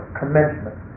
commencement